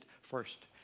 first